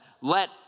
let